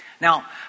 Now